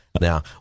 Now